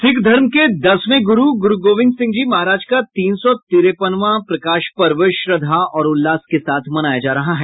सिख धर्म के दसवें गुरू गुरूगोविंद सिंह जी महाराज का तीन सौ तिरेपनवां प्रकाश पर्व श्रद्धा और उल्लास के साथ मनाया जा रहा है